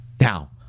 Now